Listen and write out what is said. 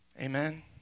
Amen